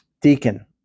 deacon